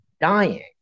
dying